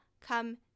come